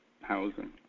housing